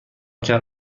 کرد